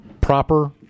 proper